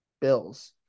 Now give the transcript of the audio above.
bills